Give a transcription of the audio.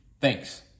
Thanks